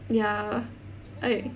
ya I